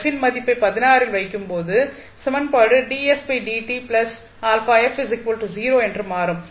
f இன் மதிப்பை வைக்கும்போது சமன்பாடு என்று மாறும்